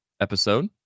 episode